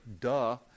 Duh